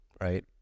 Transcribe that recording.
right